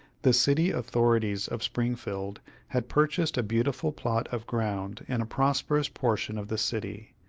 the city authorities of springfield had purchased a beautiful plat of ground in a prosperous portion of the city,